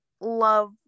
love